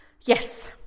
Yes